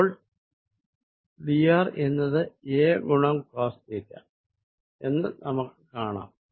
അപ്പോൾ dr എന്നത് a ഗുണം കോസ് തീറ്റ എന്ന് നമുക്ക് കാണാം